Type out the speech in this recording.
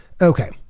Okay